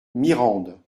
mirande